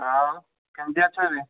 ଆଉ କେମତି ଅଛନ୍ତି